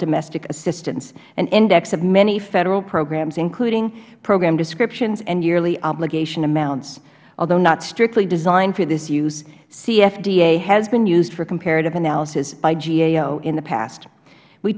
domestic assistance an index of many federal programs including program descriptions and yearly obligation amounts although not strictly designed for this use cfda has been used for comparative analysis by gao in the past we